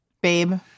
babe